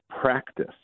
practice